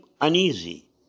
uneasy